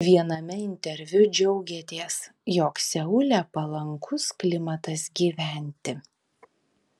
viename interviu džiaugėtės jog seule palankus klimatas gyventi